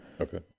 Okay